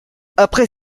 après